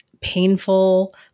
painful